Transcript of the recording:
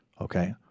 Okay